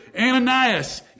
Ananias